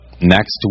next